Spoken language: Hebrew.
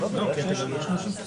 בפרקטיקה.